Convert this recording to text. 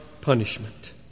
punishment